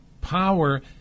power